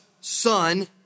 son